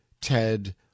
Ted